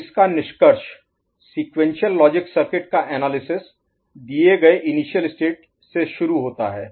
तो इसका निष्कर्ष सीक्वेंशियल लॉजिक सर्किट का एनालिसिस दिए गए इनिशियल स्टेट से शुरू होता है